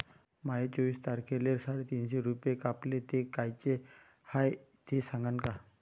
माये चोवीस तारखेले साडेतीनशे रूपे कापले, ते कायचे हाय ते सांगान का?